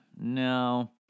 no